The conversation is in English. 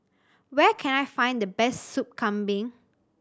where can I find the best Sup Kambing